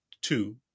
Two